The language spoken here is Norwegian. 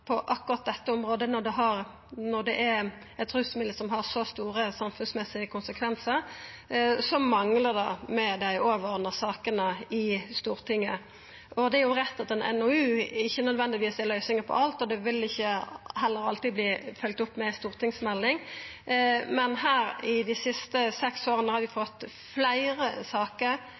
rusmiddel som har så store samfunnsmessige konsekvensar, manglar dei overordna sakene i Stortinget. Det er rett at ein NOU ikkje nødvendigvis er løysinga på alt, og det vil heller ikkje alltid verta følgt opp med ei stortingsmelding, men i dei siste seks åra har vi fått fleire saker